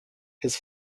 his